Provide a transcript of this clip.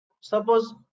suppose